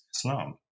Islam